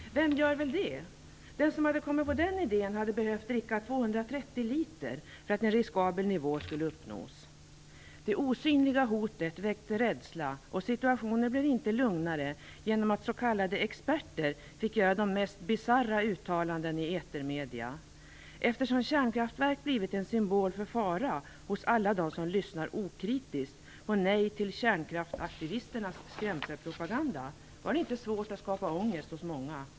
Vem gör väl det? Den som hade kommit på den idén hade behövt dricka 230 liter för att en riskabel nivå skulle uppnås. Det osynliga hotet väckte rädsla, och situationen blev inte lugnare genom att s.k. experter fick göra de mest bisarra uttalanden i etermedierna. Eftersom kärnkraftverk blivit en symbol för fara hos alla dem som lyssnar okritiskt på Nej-till-kärnkraftaktivisternas skrämselpropaganda var det inte svårt att skapa ångest hos många.